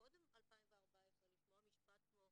קודם 2014 לשמוע משפט כמו: